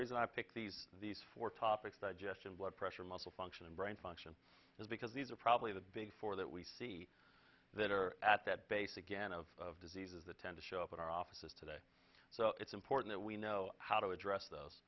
reason i picked these these four topics digestion blood pressure muscle function and brain function is because these are probably the big four that we see that are at that base again of diseases that tend to show up in our offices today so it's important we know how to address